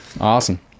Awesome